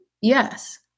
Yes